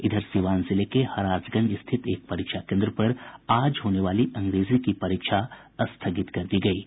इधर सीवान जिले के हराजगंज स्थित एक परीक्षा केन्द्र पर आज होने वाली अंग्रेजी की परीक्षा स्थगित कर दी गयी है